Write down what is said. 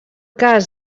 cas